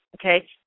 Okay